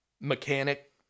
mechanic